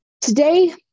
Today